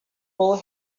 hole